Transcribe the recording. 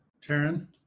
Taryn